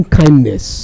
kindness